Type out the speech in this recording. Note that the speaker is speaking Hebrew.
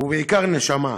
ובעיקר נשמה.